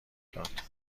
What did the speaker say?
داد